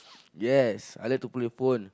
yes I like to play a phone